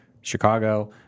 Chicago